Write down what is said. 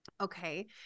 Okay